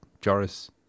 Joris